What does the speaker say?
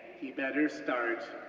he better start